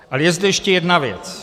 Ale je zde ještě jedna věc.